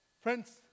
Friends